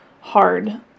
hard